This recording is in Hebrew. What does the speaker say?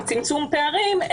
צמצום פערים,